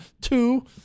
two